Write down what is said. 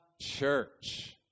church